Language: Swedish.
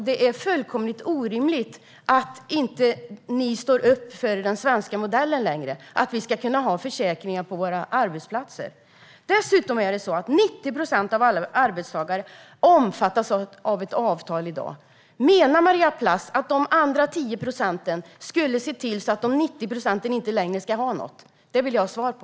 Det är fullkomligt orimligt att ni inte längre står upp för den svenska modellen och för att vi ska kunna ha försäkringar på våra arbetsplatser. Dessutom omfattas 90 procent av alla arbetstagare i dag av ett avtal. Menar Maria Plass att de övriga 10 procenten skulle se till att dessa 90 procent inte längre ska ha något? Detta vill jag ha svar på.